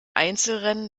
einzelrennen